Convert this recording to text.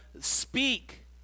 Speak